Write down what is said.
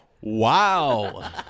Wow